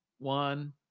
one